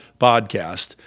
podcast